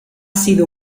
sido